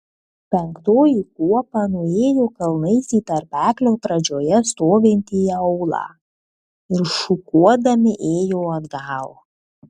penktoji kuopa nuėjo kalnais į tarpeklio pradžioje stovintį aūlą ir šukuodami ėjo atgal